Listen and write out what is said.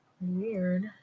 Weird